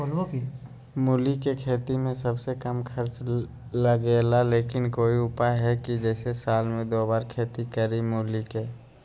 मूली के खेती में सबसे कम खर्च लगेला लेकिन कोई उपाय है कि जेसे साल में दो बार खेती करी मूली के?